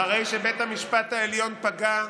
חבר הכנסת בן ברק,